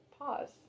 pause